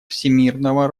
всемирного